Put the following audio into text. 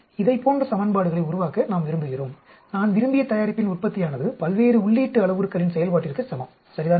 எனவே இதைப்போன்ற சமன்பாடுகளை உருவாக்க நாம் விரும்புகிறோம் நான் விரும்பிய தயாரிப்பின் உற்பத்தியானது பல்வேறு உள்ளீட்டு அளவுருக்களின் செயல்பாட்டிற்கு சமம் சரிதானே